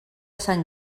sant